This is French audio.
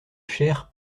cher